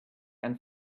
and